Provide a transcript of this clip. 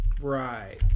right